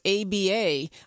ABA